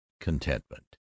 contentment